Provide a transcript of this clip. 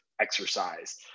exercise